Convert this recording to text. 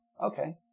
okay